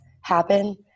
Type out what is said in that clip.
happen